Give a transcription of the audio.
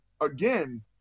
again